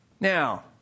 Now